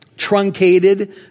Truncated